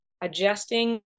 Adjusting